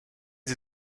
sie